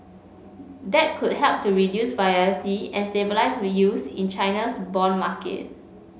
that could help to reduce volatility and stabilise yields in China's bond market